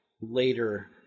later